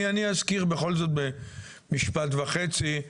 אני אזכיר בכל זאת במשפט וחצי.